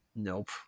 Nope